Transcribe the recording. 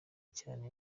cyane